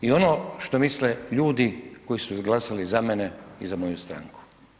I ono što misle ljudi koji su glasali za mene i za moju stranku.